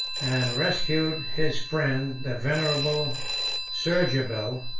and rescued his friend, the venerable serjabil,